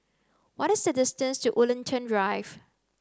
what is the distance to Woollerton Drive